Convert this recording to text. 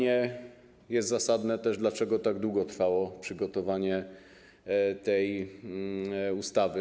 Jest też zasadne pytanie, dlaczego tak długo trwało przygotowanie tej ustawy.